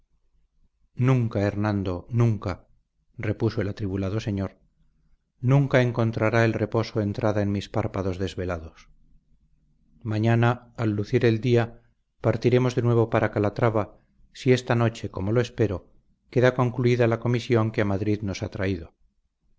nunca hernando nunca repuso el atribulado señor nunca encontrará el reposo entrada en mis párpados desvelados mañana al lucir el día partiremos de nuevo para calatrava si esta noche como lo espero queda concluida la comisión que a madrid nos ha traído